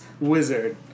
Wizard